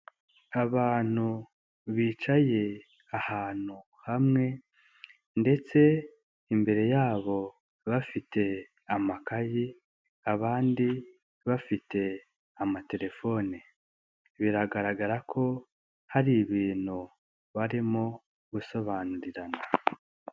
Abantu bicaye ahantu hamwe ndetse imbere yabo bafite amakayi, abandi bafite amatelefone. Biragaragara ko hari ibintu barimo gusobanurirana.